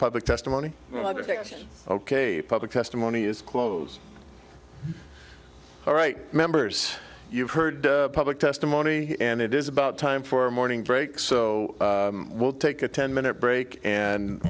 public testimony ok public testimony is closed all right members you've heard public testimony and it is about time for a morning break so we'll take a ten minute break and